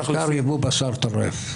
בעיקר יבוא בשר טרף.